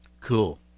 Cool